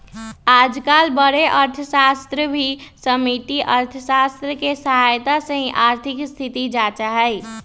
आजकल बडे अर्थशास्त्री भी समष्टि अर्थशास्त्र के सहायता से ही आर्थिक स्थिति जांचा हई